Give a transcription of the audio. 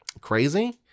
crazy